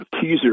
teaser